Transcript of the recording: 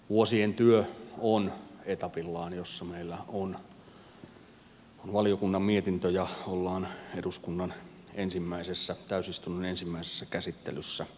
vuosien työ on etapillaan meillä on valiokunnan mietintö ja ollaan eduskunnan täysistunnon ensimmäisessä käsittelyssä